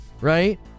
right